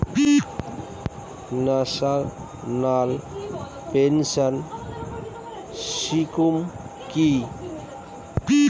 National pension scheme কি?